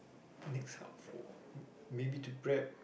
next hub for maybe to prep